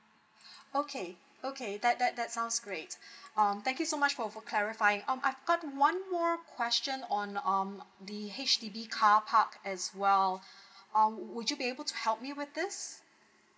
okay okay that that that sounds great um thank you so much for for clarifying um I've got one more question on um the H_D_B car park as well um would you be able to help me with this